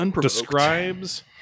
describes